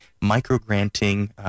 micro-granting